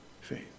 Faith